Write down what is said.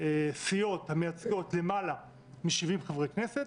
סיעות המייצגות למעלה מ- 70 חברי כנסת,